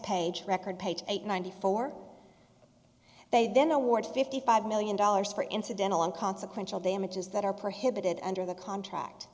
page record page eight ninety four they then award fifty five million dollars for incidental and consequential damages that are prohibited under the contract